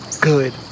good